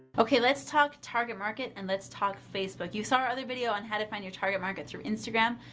okay, let's talk target market and let's talk facebook. you saw our other video on how to find your target market through instagram.